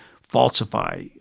falsify